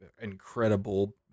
incredible